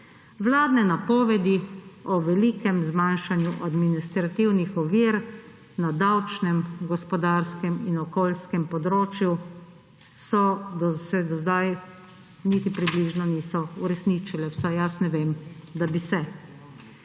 Vladne napovedi o velikem zmanjšanju administrativnih ovir na davčnem, gospodarskem in okoljskem področju se do sedaj niti približno niso uresničile, vsaj jaz ne vem, da bi se.